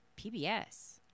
PBS